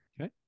Okay